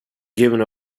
given